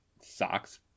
socks